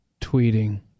tweeting